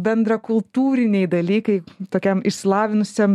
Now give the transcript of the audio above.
bendrakultūriniai dalykai tokiam išsilavinusiam